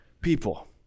people